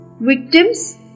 victims